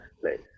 place